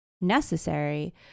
necessary